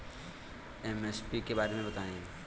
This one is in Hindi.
एम.एस.पी के बारे में बतायें?